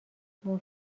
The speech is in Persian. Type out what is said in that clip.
موسی